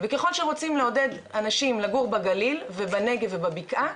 וככל שרוצים לעודד אנשים לגור בגליל ובנגב ובבקעה,